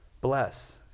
Bless